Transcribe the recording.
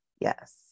Yes